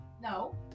no